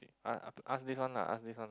ah ask this one lah ask this one